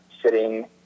sitting